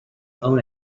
own